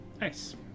Nice